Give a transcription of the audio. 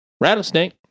rattlesnake